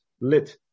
lit